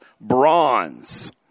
bronze